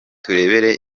turebere